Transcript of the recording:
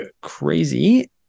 crazy